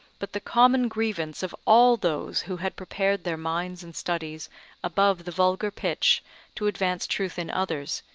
but the common grievance of all those who had prepared their minds and studies above the vulgar pitch to advance truth in others,